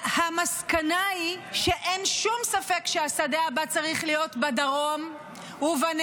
והמסקנה היא שאין שום ספק שהשדה הבא צריך להיות בדרום ובנגב.